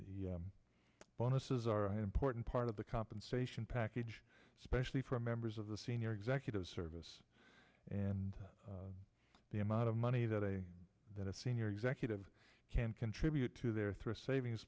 the bonuses are an important part of the compensation package especially for members of the senior executive service and the amount of money that a that a senior executive can contribute to their thrift savings